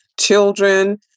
children